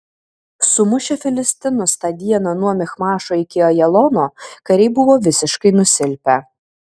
sumušę filistinus tą dieną nuo michmašo iki ajalono kariai buvo visiškai nusilpę